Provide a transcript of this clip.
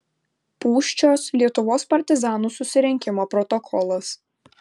pūščios lietuvos partizanų susirinkimo protokolas